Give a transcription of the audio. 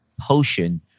potion